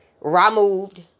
removed